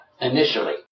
initially